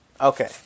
Okay